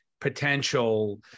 potential